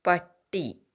പട്ടി